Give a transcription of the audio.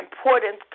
important